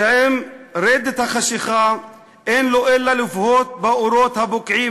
שעם רדת החשכה אין לו אלא לבהות באורות הבוקעים